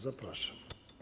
Zapraszam.